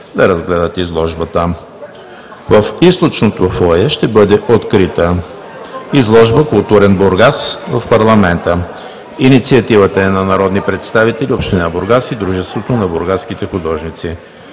да разгледат изложбата. В Източното фоайе ще бъде открита изложба „Културен Бургас в парламента“. Инициативата е на народни представители, община Бургас и Дружеството на бургаските художници.